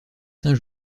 saint